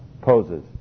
poses